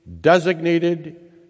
designated